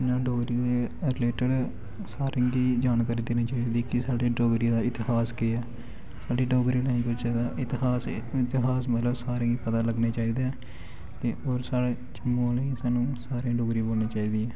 डोगरी दे रिलेटिड सारें गी जानकारी देनी चाहिदी कि साढ़ी डोगरी दा इतिहास केह् ऐ साढ़ी डोगरी लैंग्वेज़ दा इतिहास मतलब सारें गी पता लग्गना चाहिदा ऐ ते होर सारे जम्मू आहलें गी सानूं डोगरी बोलनी चाहिदी ऐ